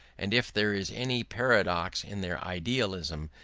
and if there is any paradox in their idealism,